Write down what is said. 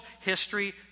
history